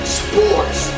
sports